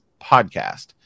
podcast